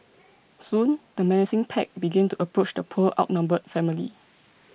soon the menacing pack began to approach the poor outnumbered family